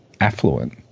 affluent